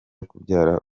kubyara